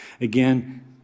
Again